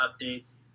updates